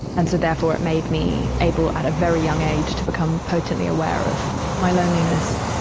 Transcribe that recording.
and so therefore, it made me able at a very young age to become potently aware of my loneliness,